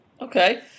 Okay